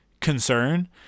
concern